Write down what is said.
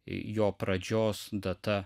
jo pradžios data